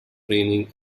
training